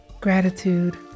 Gratitude